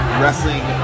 wrestling